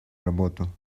работу